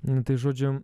nu tai žodžiu